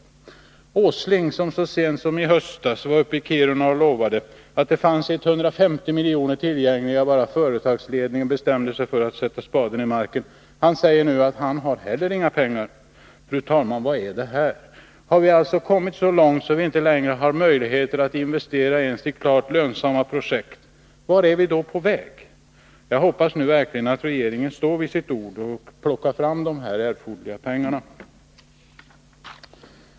Industriminister Åsling, som så sent som i höstas var uppe i Kiruna och lovade att det fanns 150 miljoner tillgängliga bara företagsledningen bestämde sig för att sätta spaden i marken, säger nu att han inte heller har några pengar. Fru talman! Vad är detta? Har vi alltså kommit så långt att vi inte längre har möjligheter att investera ens i klart lönsamma projekt? Jag hoppas nu verkligen att regeringen står vid sitt ord och plockar fram de erforderliga pengarna.